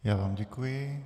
Já vám děkuji.